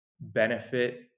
benefit